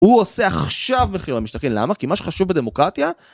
הוא עושה עכשיו מחיר למשתכן. למה? כי מה שחשוב בדמוקרטיה.